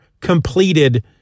completed